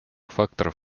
факторов